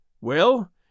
Well